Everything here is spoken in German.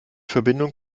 verbindung